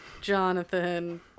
Jonathan